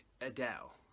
Adele